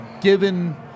given